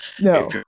No